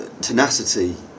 tenacity